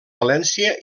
valència